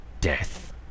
Death